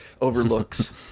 overlooks